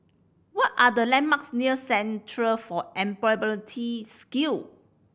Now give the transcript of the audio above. what are the landmarks near Centre for Employability Skill